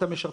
שמשרתים